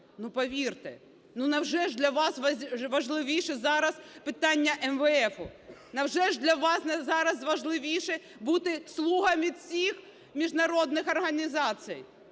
Повірте, невже ж для вас важливіше зараз питання МВФу? Невже ж для вас зараз важливіше бути слугами цих міжнародних організацій?